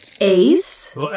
Ace